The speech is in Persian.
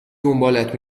دنبالت